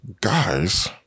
Guys